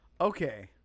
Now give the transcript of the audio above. Okay